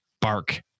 bark